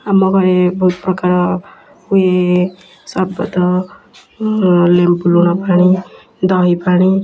ଆମ ଘରେ ବହୁତ ପ୍ରକାର ହୁଏ ସର୍ବତ ଲେମ୍ବୁ ଲୁଣ ପାଣି ଦହି ପାଣି